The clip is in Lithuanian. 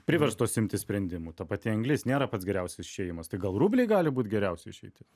priverstos imtis sprendimų ta pati anglis nėra pats geriausias išėjimas tai gal rubiai gali būt geriausia išeitis